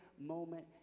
moment